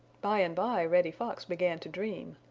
by and by reddy fox began to dream.